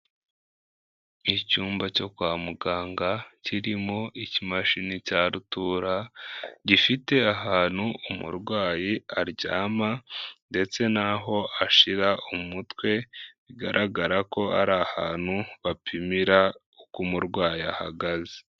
Icyumba cyo kwa muganga kirimo ikimashini cya rutura, gifite ahantu umurwayi aryama ndetse n'aho ashira umutwe, bigaragara ko ari ahantu bapimira uko umurwayi ahagaze.